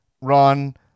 run